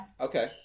Okay